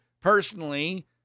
personally